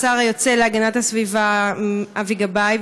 השר היוצא להגנת הסביבה אבי גבאי,